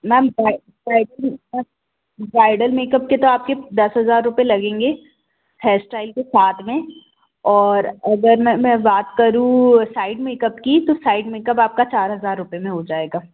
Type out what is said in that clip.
ma'am bridal bridal makeup के तो आपके दस हज़ार रुपये लगेंगे हेयरस्टाइल के साथ में और अगर मैं मैं बात करूँ साइड मेकअप की तो साइड मेकअप आपका चार हज़ार रूपये में हो जाएगा